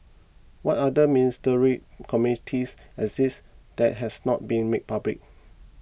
what other ministerial committees exist that has not been made public